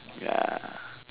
ya